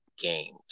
games